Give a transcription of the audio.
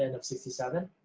and of sixty seven,